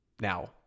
Now